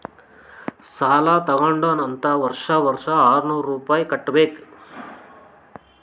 ಸಾಲಾ ತಗೊಂಡಾನ್ ಅಂತ್ ವರ್ಷಾ ವರ್ಷಾ ಆರ್ನೂರ್ ರುಪಾಯಿ ಕಟ್ಟಬೇಕ್